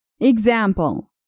Example